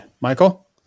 michael